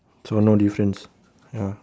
so no difference ya